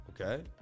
Okay